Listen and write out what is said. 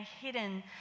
hidden